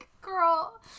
Girl